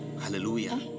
Hallelujah